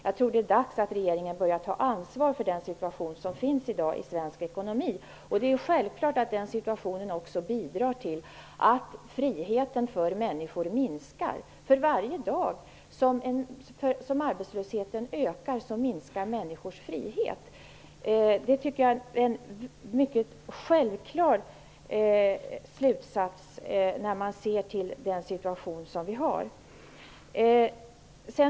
Jag tror att det är dags att regeringen börjar ta ansvar för situationen i svensk ekonomi. Det är självklart att den situationen också bidrar till att friheten för människor minskar. För varje dag som arbetslösheten ökar, minskar människors frihet. Det tycker jag är en självklar slutsats med tanke på den situation som vi har.